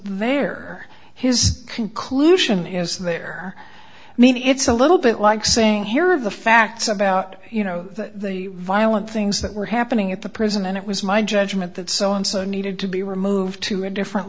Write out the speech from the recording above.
there his conclusion is there maybe it's a little bit like saying here are the facts about you know the violent things that were happening at the prison and it was my judgment that so and so needed to be removed to a different